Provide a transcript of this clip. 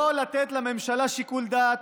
לא לתת לממשלה שיקול דעת.